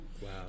Wow